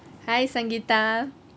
hi sangeetha